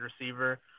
receiver